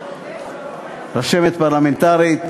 רשמת פרלמנטרית,